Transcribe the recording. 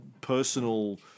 personal